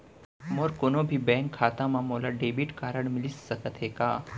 मोर कोनो भी बैंक खाता मा मोला डेबिट कारड मिलिस सकत हे का?